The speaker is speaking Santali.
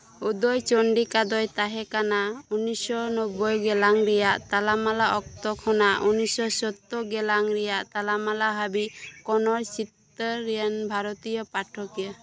ᱩᱫᱚᱭ ᱪᱚᱱᱰᱤᱠᱟ ᱫᱚᱭ ᱛᱟᱦᱮᱸ ᱠᱟᱱᱟ ᱩᱱᱤᱥᱥᱚ ᱱᱚᱵᱵᱚᱭ ᱜᱮᱞᱟᱝ ᱨᱮᱭᱟᱜ ᱛᱟᱞᱟᱢᱟᱞᱟ ᱚᱠᱛᱚ ᱠᱷᱚᱱᱟᱜ ᱩᱱᱤᱥᱥᱚ ᱥᱚᱛᱛᱚ ᱜᱮᱞᱟᱝ ᱨᱮᱭᱟᱜ ᱛᱟᱞᱟᱢᱟᱞᱟ ᱦᱟᱹᱵᱤᱡᱽ ᱠᱚᱱᱱᱚᱲ ᱪᱤᱛᱟᱹᱨ ᱨᱮᱱ ᱵᱷᱟᱨᱚᱛᱤᱭᱟᱹ ᱯᱟᱴᱷᱚᱠᱤᱭᱟᱹ